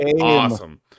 awesome